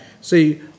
See